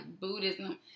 Buddhism